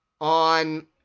on